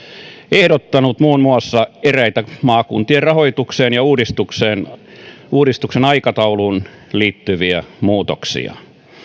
ehdottanut muun muassa eräitä maakuntien rahoitukseen ja uudistuksen uudistuksen aikatauluun liittyviä muutoksia